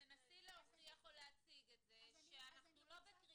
שתנסי להוכיח או להציג את זה שאנחנו לא בקריסה,